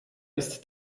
ist